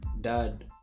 Dad